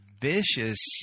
vicious